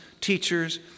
teachers